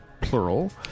plural